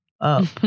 up